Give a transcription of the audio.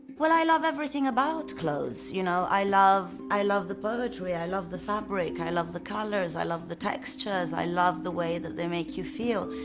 well, i love everything about clothes. you know i love i love the poetry, i love the fabric, i love the colors, i love the textures, i love the way that they make you feel.